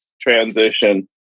transition